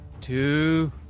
two